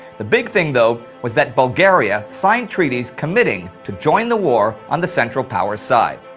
the big thing though, was that bulgaria signed treaties committing to join the war on the central powers side.